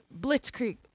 Blitzkrieg